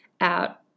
out